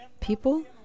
people